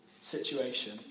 situation